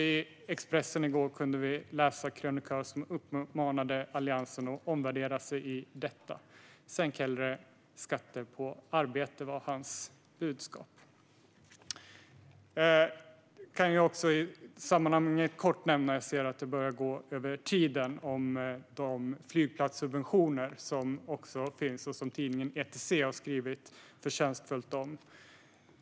I Expressen kunde vi i går läsa en krönikör som uppmanade Alliansen att omvärdera sin hållning i detta: Sänk hellre skatter på arbete, var hans budskap. Jag kan också nämna något om de flygplatssubventioner som finns och som tidningen ETC har skrivit förtjänstfullt om.